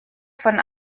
von